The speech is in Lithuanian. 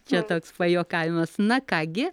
čia toks pajuokavimas na ką gi